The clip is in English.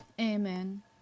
Amen